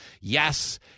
Yes